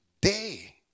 day